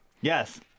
Yes